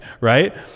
right